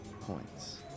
points